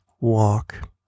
walk